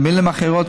במילים אחרות,